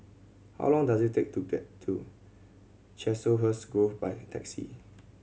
how long does it take to get to Chiselhurst Grove by taxi